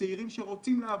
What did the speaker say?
בצעירים שרוצים לעבוד.